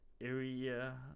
area